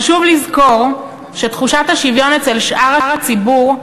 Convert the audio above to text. חשוב לזכור שבנוסף לתחושת השוויון אצל שאר הציבור,